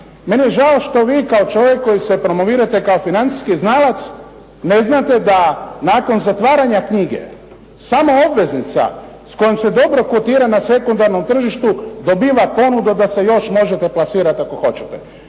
Meni je žao što vi kao čovjek koji se promovirate kao financijski znalac, ne znate da nakon zatvaranja knjige, sama obveznica s kojom se dobro kotira na sekundarnom tržištu dobiva ponudu da se još možete plasirati ako hoćete.